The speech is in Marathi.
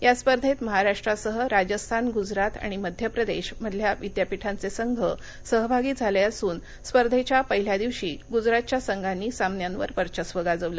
या स्पर्धेत महाराष्ट्रासह राजस्थान ग्जरात आणि मध्य प्रदेश मधल्या विद्यापीठांचे संघ सहभागी झाले असून स्पर्धेच्या पहिल्या दिवशी गुजरातच्या संघांनी सामन्यांवर वर्चस्व गाजवलं